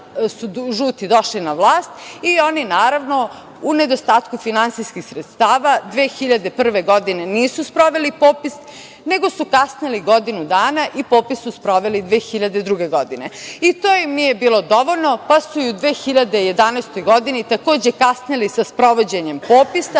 su žuti došli na vlast i oni naravno u nedostatku finansijskih sredstava 2001. godine nisu sproveli popis, nego su kasnili godinu dana i popis su sproveli 2002. godine i to im nije bilo dovoljno pa su i u 2011. godini takođe kasnili sa sprovođenjem popisa,